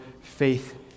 faith